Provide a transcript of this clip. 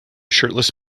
shirtless